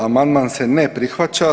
Amandman se ne prihvaća.